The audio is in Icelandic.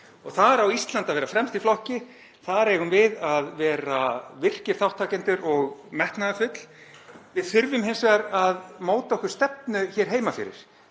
Þar á Ísland að vera fremst í flokki. Þar eigum við að vera virkir þátttakendur og metnaðarfull. Við þurfum hins vegar að móta okkur stefnu hér heima fyrir.